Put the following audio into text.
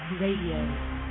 radio